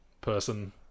person